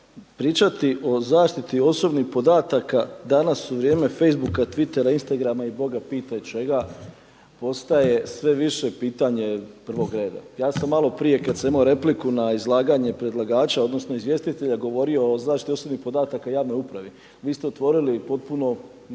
pričati o zaštiti osobnih podataka danas u vrijeme facebuka, twitera, instagrama i Boga pitaj čega, postaje sve više pitanje prvog reda. Ja sam malo prije kad sam imao repliku na izlaganje predlagača odnosno, izvjestitelja, govorio o zaštiti osobnih podataka javne uprave. Vi ste otvorili potpuno